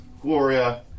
Gloria